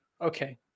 okay